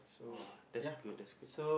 !wah! that's good that's good